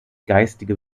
geistige